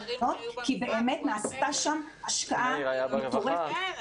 כי באמת נעשתה שם השקעה מטורפת,